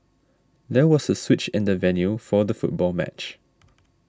there was a switch in the venue for the football match